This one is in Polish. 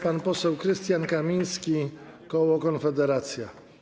Pan poseł Krystian Kamiński, koło Konfederacja.